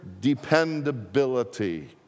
dependability